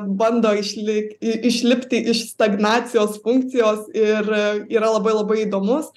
bando išlik išlipti iš stagnacijos funkcijos ir yra labai labai įdomus